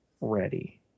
ready